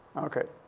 okay.